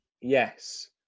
Yes